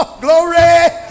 glory